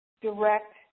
direct